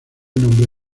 nombre